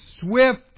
swift